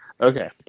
Okay